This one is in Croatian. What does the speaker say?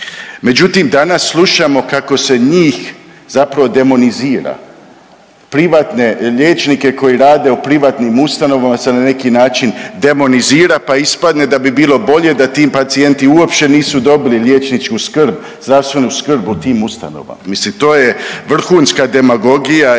Međutim danas slušamo kako se njih zapravo demonizira. Privatne liječnike koji rade u privatnim ustanovama se na neki način demonizira, pa ispadne da bi bilo bolje da ti pacijenti uopće nisu dobili liječničku skrb, zdravstvenu skrb o tim ustanovama. Mislim to je vrhunska demagogija i rekao